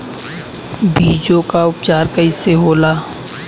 बीजो उपचार कईसे होला?